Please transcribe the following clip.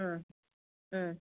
ம் ம்